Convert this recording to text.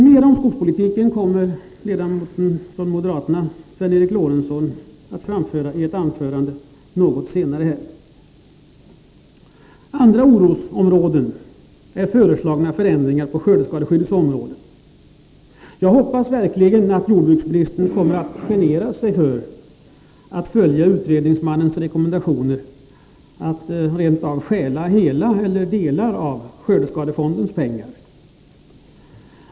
Mera om skogspolitiken kommer den moderate ledamoten Sven Eric Lorentzon att framföra i ett anförande något senare här i kammaren. Andra oroselement är föreslagna förändringar på skördeskadeskyddets område. Jag hoppas verkligen att jordbruksministern kommer att genera sig för att följa utredningsmannens rekommendation att rent av stjäla alla eller delar av skördeskadefondens pengar.